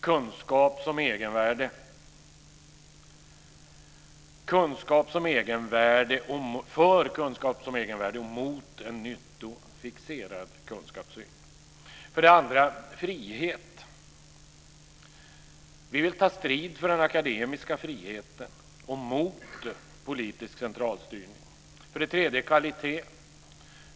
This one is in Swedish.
För det första: För kunskap som egenvärde och mot en nyttofixerad kunskapssyn. För det andra: Frihet. Vi vill ta strid för den akademiska friheten och mot politisk centralstyrning. För det tredje: Kvalitet.